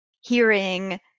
hearing